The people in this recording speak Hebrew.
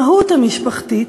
המהות המשפחתית,